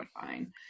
Fine